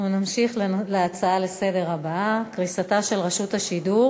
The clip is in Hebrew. אנחנו נמשיך להצעה הבאה: קריסתה של רשות השידור